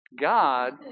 God